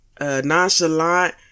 nonchalant